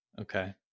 Okay